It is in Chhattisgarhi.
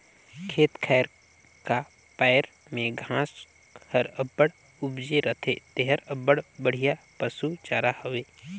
खेत खाएर का पाएर में घांस हर अब्बड़ उपजे रहथे जेहर अब्बड़ बड़िहा पसु चारा हवे